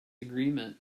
agreement